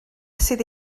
sydd